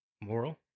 moral